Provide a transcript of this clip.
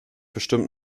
bestimmt